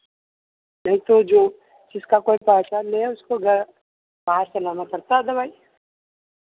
नहीं तो जो जिसका कोई पहचान नहीं है उसको गे बाहर से लाना पड़ता है दवाई